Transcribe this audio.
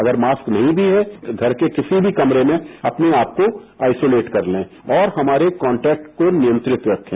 अगर मास्क नहीं भी है तो घर के किसी भी कमरे में अपने आप को आइसोलेट कर लें और हमारे कॉटेक्ट को नियंत्रित रखे